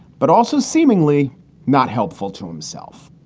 but also seemingly not helpful to himself